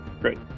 Great